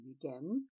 again